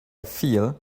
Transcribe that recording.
feel